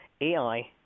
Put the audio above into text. AI